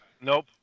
Nope